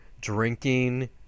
drinking